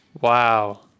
Wow